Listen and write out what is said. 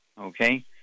Okay